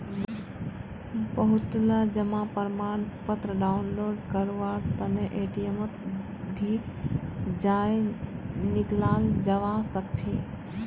बहुतला जमा प्रमाणपत्र डाउनलोड करवार तने एटीएमत भी जयं निकलाल जवा सकछे